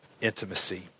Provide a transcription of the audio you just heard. intimacy